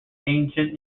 ancient